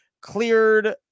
cleared